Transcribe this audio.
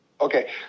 okay